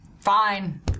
Fine